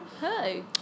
Hey